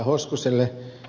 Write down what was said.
hoskoselle